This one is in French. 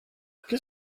qu’est